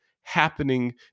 happening